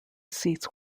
seats